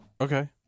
Okay